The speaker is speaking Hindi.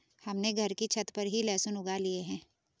हमने घर की छत पर ही लहसुन उगा लिए हैं